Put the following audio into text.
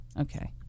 Okay